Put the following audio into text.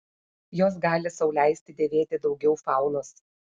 jos gali sau leisti dėvėti daugiau faunos